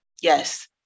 Yes